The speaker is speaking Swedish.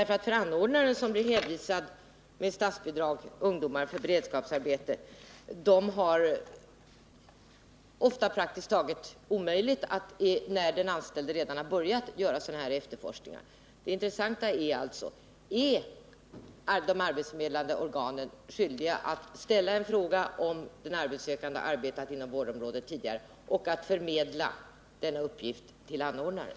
För anordnaren, som med statsbidrag blir anvisad ungdomar för beredskapsarbete, är det ofta praktiskt taget omöjligt att när den anställde redan har börjat göra sådana här efterforskningar. Det intressanta är alltså: Är de arbetsförmedlande organen skyldiga att ställa en fråga om den arbetssökande har arbetat inom vårdområdet tidigare och att förmedla denna uppgift till anordnaren?